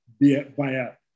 via